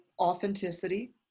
authenticity